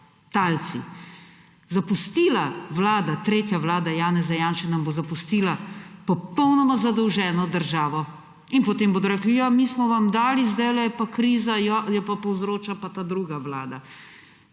talci te vlade, talci. Tretja vlada Janeza Janše nam bo zapustila popolnoma zadolženo državo in potem bodo rekli, ja, mi smo vam dali, zdajle je pa kriza. Ja, jo pa povzroča pa ta druga vlada.